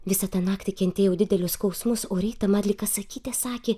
visą tą naktį kentėjau didelius skausmus o rytą man lyg kas sakyte sakė